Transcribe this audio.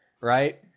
Right